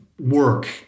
work